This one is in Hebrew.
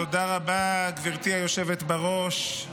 תודה רבה, גברתי היושבת בראש.